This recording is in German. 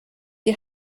die